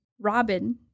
Robin